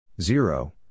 Zero